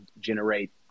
generate